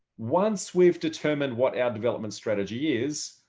once we've determined what our development strategy is,